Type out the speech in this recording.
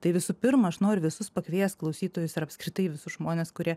tai visų pirma aš noriu visus pakviest klausytojus ir apskritai visus žmones kurie